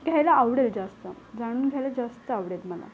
घ्यायला आवडेल जास्त जाणून घ्यायला जास्त आवडेल मला